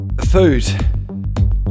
food